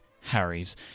Harry's